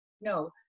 no